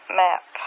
map